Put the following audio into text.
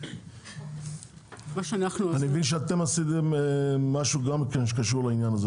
אני מבין שגם אתם עשיתם משהו שקשור לעניין הזה.